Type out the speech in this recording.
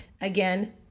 Again